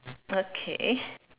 okay